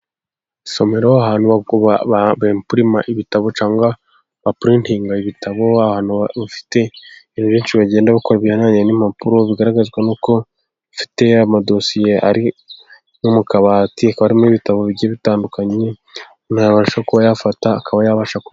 Isomero, ahantu bempurima ibitabo cyangwa bapurintinga ibitabo, abantu bafite benshi bagenda bakorwa ibigendanye n'impapuro, bigaragazwa n'uko bafite amadosiye ari nko mu kabati, harimo ibitabo bigiye bitandukanye umuntu abasha kuba ,yafata akaba yabasha ku..